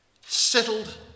settled